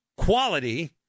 quality